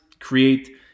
create